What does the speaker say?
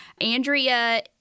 Andrea